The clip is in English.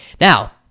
Now